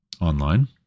online